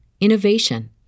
innovation